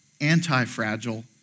anti-fragile